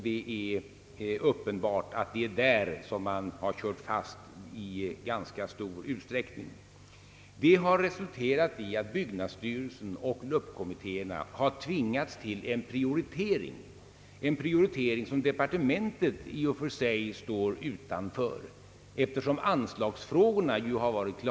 Det är uppenbart att det är där som man har kört fast i ganska stor utsträckning. Det har resulterat i att byggnadsstyrelsen och LUP-kommittéerna har tvingats till en prioritering, en prioritering som departementet i och för sig står utanför, eftersom anslagsfrågorna ju har varit klara.